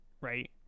right